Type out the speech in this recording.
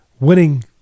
Winning